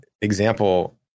example